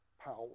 power